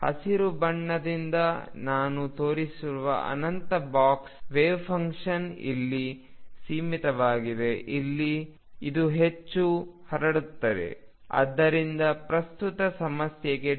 ಹಸಿರು ಬಣ್ಣದಿಂದ ನಾನು ತೋರಿಸಿರುವ ಅನಂತ ಬಾಕ್ಸ್ ವೆವ್ಫಂಕ್ಷನ್ ಇಲ್ಲಿ ಸೀಮಿತವಾಗಿದೆ ಇಲ್ಲಿ ಇದು ಹೆಚ್ಚು ಹರಡುತ್ತದೆ ಅಂದರೆ ಪ್ರಸ್ತುತ ಸಮಸ್ಯೆಗೆ x